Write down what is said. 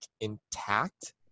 intact